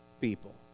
people